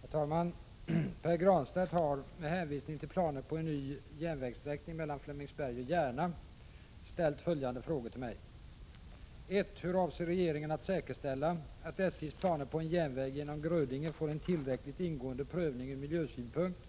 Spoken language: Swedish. Herr talman! Pär Granstedt har med hänvisning till planer på en ny järnvägssträckning mellan Flemingsberg och Järna ställt följande frågor till mig: 1. Hur avser regeringen att säkerställa att SJ:s planer på en järnväg genom Grödinge får en tillräckligt ingående prövning ur miljösynpunkt,